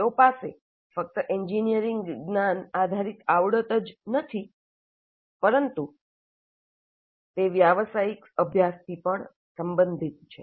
તેઓ પાસે ફક્ત એન્જિનિયરિંગ જ્ઞાન આધારિત આવડત જ નથી પરંતુ તે વ્યવસાયિક અભ્યાસથી પણ સંબંધિત છે